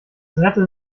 rette